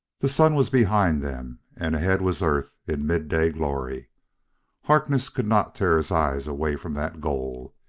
the sun was behind them, and ahead was earth in midday glory harkness could not tear his eyes away from that goal.